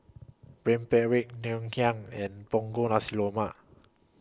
Rempeyek Ngoh Hiang and Punggol Nasi Lemak